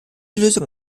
lösung